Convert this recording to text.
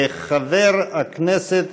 חבר כנסת